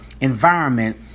environment